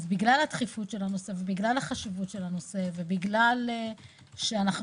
בגלל דחיפות הנושא וחשיבותו ובגלל שאנו